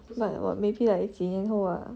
不算 or maybe like 几年后 ah